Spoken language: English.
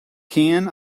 can